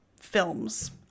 films